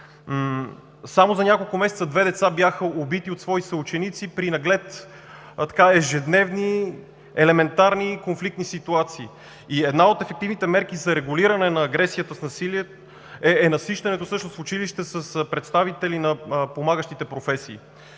Само за няколко месеца две деца бяха убити от свои съученици при, наглед ежедневни, елементарни и конфликтни ситуации. Една от ефективните мерки за регулиране на агресията с насилие е насищането в училище с представители на помагащите професии.